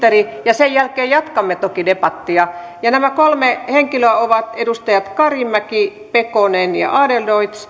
sitten ministeri ja sen jälkeen jatkamme toki debattia nämä kolme henkilöä ovat edustajat karimäki pekonen ja adlercreutz